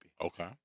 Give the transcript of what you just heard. Okay